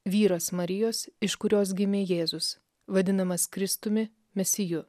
vyras marijos iš kurios gimė jėzus vadinamas kristumi mesiju